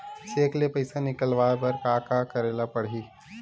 Cheque ले पईसा निकलवाय बर का का करे ल पड़हि?